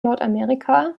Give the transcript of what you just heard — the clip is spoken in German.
nordamerika